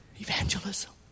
evangelism